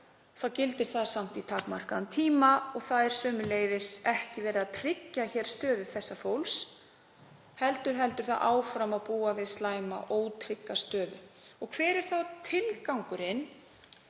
þá gildir það samt í takmarkaðan tíma og það er sömuleiðis ekki verið að tryggja hér stöðu þessa fólks heldur heldur það áfram að búa við slæma og ótrygga stöðu. Og hver er þá tilgangurinn,